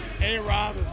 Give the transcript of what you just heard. A-Rob